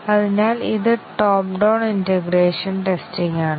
അതിനാൽ ഇത് top down integration testing ആണ്